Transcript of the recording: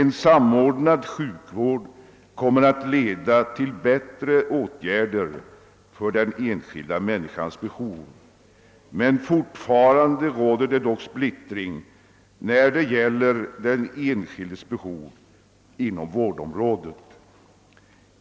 En samordnad sjukvård kommer att leda till bättre åtgärder för den enskilda männi skans behov. Men fortfarande råder det splittring beträffande den enskildes behov på vårdområdet.